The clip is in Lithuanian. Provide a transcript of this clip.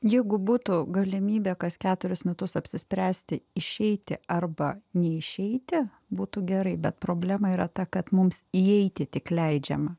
jeigu būtų galimybė kas ketverius metus apsispręsti išeiti arba neišeiti būtų gerai bet problema yra ta kad mums įeiti tik leidžiama